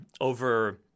over